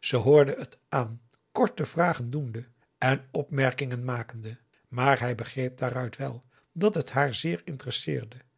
ze hoorde het aan korte vragen doende en opmerkingen makende maar hij begreep daaruit wel dat het haar zeer interesseerde